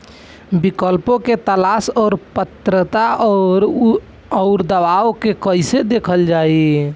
विकल्पों के तलाश और पात्रता और अउरदावों के कइसे देखल जाइ?